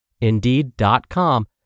Indeed.com